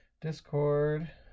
Discord